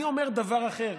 אני אומר דבר אחר: